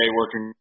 working